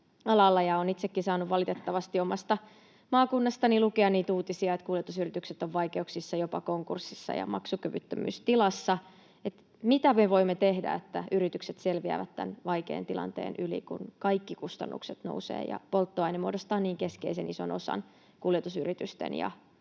Olen itsekin saanut, valitettavasti, omasta maakunnastani lukea niitä uutisia, että kuljetusyritykset ovat vaikeuksissa, jopa konkurssissa ja maksukyvyttömyystilassa. Mitä me voimme tehdä, että yritykset selviävät tämän vaikean tilanteen yli, kun kaikki kustannukset nousevat ja polttoaine muodostaa niin keskeisen ison osan kuljetusyritysten ja